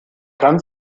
kann